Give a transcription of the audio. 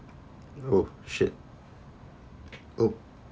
oh shit oh